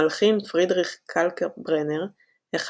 המלחין פרידריך קלקברנר ,